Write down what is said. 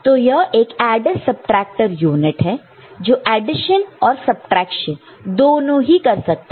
तो यह एक एडर सबट्रैक्टर यूनिट है जो एडिशन और सबट्रैक्शन दोनों ही कर सकता है